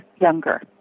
younger